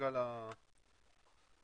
לתת לך רק הבנה,